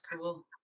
cool